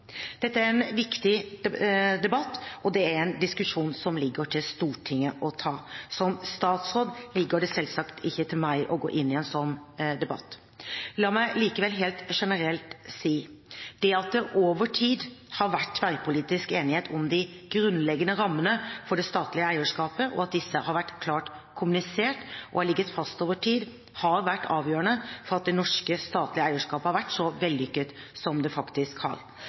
Dette er en viktig debatt, og det er en diskusjon som det ligger til Stortinget å ta. Som statsråd ligger det selvsagt ikke til meg å gå inn i en sånn debatt. La meg likevel helt generelt si: Det at det over tid har vært tverrpolitisk enighet om de grunnleggende rammene for det statlige eierskapet, og at disse har vært klart kommunisert og har ligget fast over tid, har vært avgjørende for at det norske statlige eierskapet har vært så vellykket som det faktisk har.